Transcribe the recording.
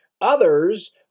Others